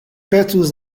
petus